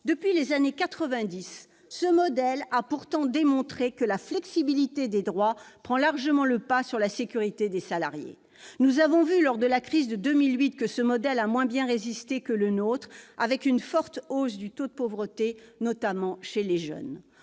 Depuis les années quatre-vingt-dix, il a pourtant été démontré que la flexibilité des droits prend largement le pas sur la sécurité des salariés. Nous avons vu, lors de la crise de 2008, que ce modèle a moins bien résisté que le nôtre ; on a observé au Danemark une forte hausse du taux de pauvreté, notamment chez les jeunes.